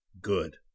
Good